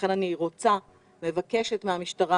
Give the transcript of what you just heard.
לכן אני מבקשת מן המשטרה,